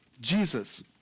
Jesus